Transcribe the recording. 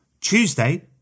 Tuesday